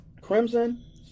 Crimson